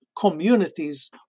communities